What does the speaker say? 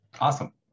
Awesome